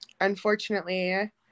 Unfortunately